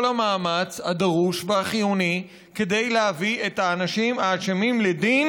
המאמץ הדרוש והחיוני כדי להביא את האנשים האשמים לדין